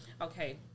Okay